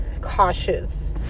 cautious